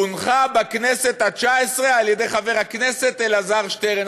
הונחה בכנסת התשע-עשרה על-ידי חבר הכנסת אלעזר שטרן.